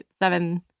seven